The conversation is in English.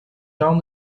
down